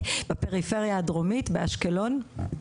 בפריפריה הדרומית, באשקלון.